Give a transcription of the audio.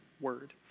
word